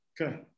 Okay